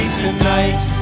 tonight